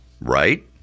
right